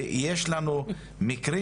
יש לנו מקרים,